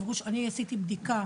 ואני עשיתי בדיקה